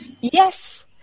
Yes